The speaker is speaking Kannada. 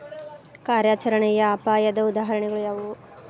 ಕಾರ್ಯಾಚರಣೆಯ ಅಪಾಯದ ಉದಾಹರಣೆಗಳು ಯಾವುವು